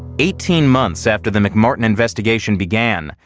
eighteen months after the mcmartin investigation began,